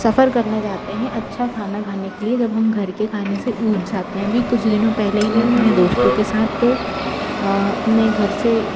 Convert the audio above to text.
सफर करने जाते हैं अच्छा खाना खाने के लिए जब हम घर के खाने से ऊब जाते हैं अभी कुछ दिनों पहले ही मैं अपने दोस्तों के साथ अपने घर से